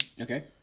okay